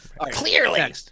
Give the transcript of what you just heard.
clearly